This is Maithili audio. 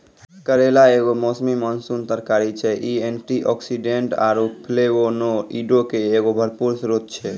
करेला एगो मौसमी मानसूनी तरकारी छै, इ एंटीआक्सीडेंट आरु फ्लेवोनोइडो के एगो भरपूर स्त्रोत छै